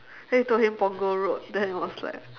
then we told him punggol road then he was like